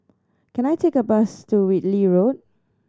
can I take a bus to Whitley Road